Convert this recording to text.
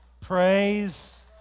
praise